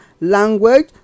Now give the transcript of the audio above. language